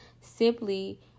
simply